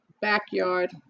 backyard